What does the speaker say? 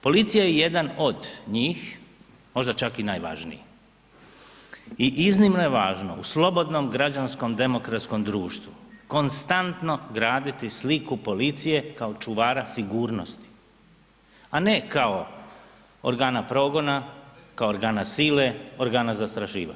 Policija je jedan od njih, možda čak i najvažniji i iznimno je važno u slobodnom građanskom demokratskom društvu konstantno graditi sliku policije kao čuvara sigurnosti, a ne kao organa progona, organa sile, organa zastrašivanja.